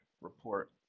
report